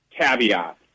caveat